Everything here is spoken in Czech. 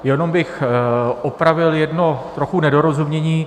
Jenom bych opravil jedno trochu nedorozumění.